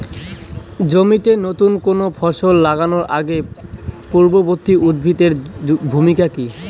জমিতে নুতন কোনো ফসল লাগানোর আগে পূর্ববর্তী উদ্ভিদ এর ভূমিকা কি?